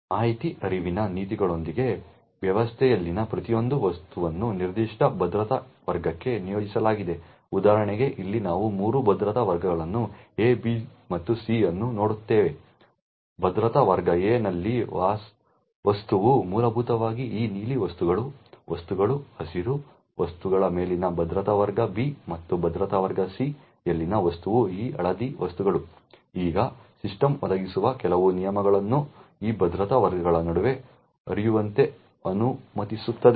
ಮಾಹಿತಿ ಹರಿವಿನ ನೀತಿಗಳೊಂದಿಗೆ ವ್ಯವಸ್ಥೆಯಲ್ಲಿನ ಪ್ರತಿಯೊಂದು ವಸ್ತುವನ್ನು ನಿರ್ದಿಷ್ಟ ಭದ್ರತಾ ವರ್ಗಕ್ಕೆ ನಿಯೋಜಿಸಲಾಗಿದೆ ಉದಾಹರಣೆಗೆ ಇಲ್ಲಿ ನಾವು ಮೂರು ಭದ್ರತಾ ವರ್ಗಗಳನ್ನು A B ಮತ್ತು C ಅನ್ನು ನೋಡುತ್ತೇವೆ ಭದ್ರತಾ ವರ್ಗ A ನಲ್ಲಿರುವ ವಸ್ತುವು ಮೂಲಭೂತವಾಗಿ ಈ ನೀಲಿ ವಸ್ತುಗಳು ವಸ್ತುಗಳು ಹಸಿರು ವಸ್ತುಗಳ ಮೇಲಿನ ಭದ್ರತಾ ವರ್ಗ B ಮತ್ತು ಭದ್ರತಾ ವರ್ಗ C ಯಲ್ಲಿನ ವಸ್ತುವು ಈ ಹಳದಿ ವಸ್ತುಗಳು ಈಗ ಸಿಸ್ಟಮ್ ಒದಗಿಸುವ ಕೆಲವು ನಿಯಮಗಳನ್ನು ಈ ಭದ್ರತಾ ವರ್ಗಗಳ ನಡುವೆ ಹರಿಯುವಂತೆ ಅನುಮತಿಸುತ್ತದೆ